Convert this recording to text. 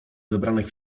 zebranych